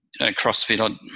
CrossFit